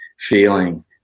feeling